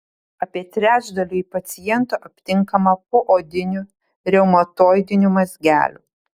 apie trečdaliui pacientų aptinkama poodinių reumatoidinių mazgelių